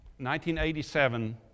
1987